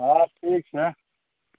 हँ ठीक छै